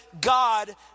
God